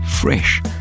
Fresh